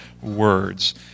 Words